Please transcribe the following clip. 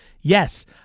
Yes